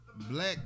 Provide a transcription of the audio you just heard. black